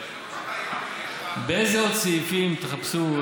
באיזה עוד סעיפים תחפשו,